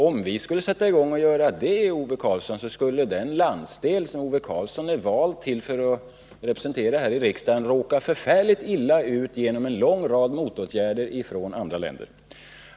Om vi skulle sätta i gång med att göra så, Ove Karlsson, skulle den landsdel som Ove Karlsson är vald att representera här i riksdagen, råka förfärligt illa ut till följd av en lång rad motåtgärder från andra länder.